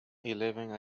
eleven